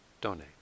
donate